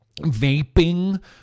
vaping